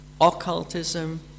occultism